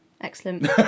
Excellent